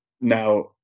now